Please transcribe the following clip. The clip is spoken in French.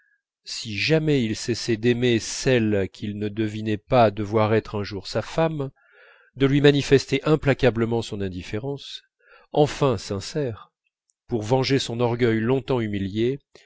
si jamais il cessait d'aimer celle qu'il ne devinait pas devoir être un jour sa femme de lui manifester implacablement son indifférence enfin sincère pour venger son orgueil longtemps humilié